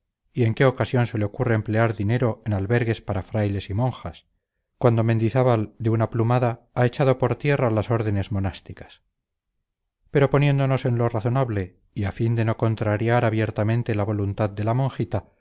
y en qué ocasión se le ocurre emplear dinero en albergues para frailes y monjas cuando mendizábal de una plumada ha echado por tierra las órdenes monásticas pero poniéndonos en lo razonable y a fin de no contrariar abiertamente la voluntad de la monjita